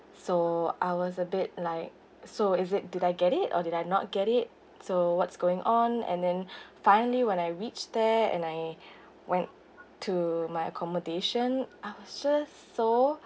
so I was a bit like so is it did I get it or did I not get it so what's going on and then finally when I reached there and I went to my accommodation I was just so